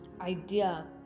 idea